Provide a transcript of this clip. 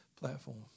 platform